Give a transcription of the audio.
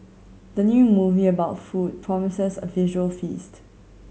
the new movie about food promises a visual feast